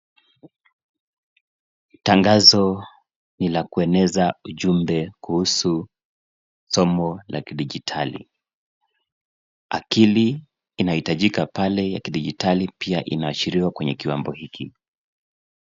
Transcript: Tangazo ni la kueneza ujumbe kuhusu somo la kidijitali. Akili inahitajika pale ya kidigitali, pia inaashiriwa kwenye kiwambo hiki.